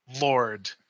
Lord